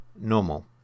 normal